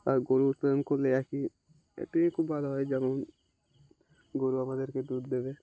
আর গরু উৎপাদন করলে একই একটা জিনিস খুব ভালো হয় যেমন গরু আমাদেরকে দুধ দেবে